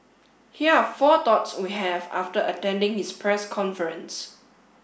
here are four thoughts we have after attending his press conference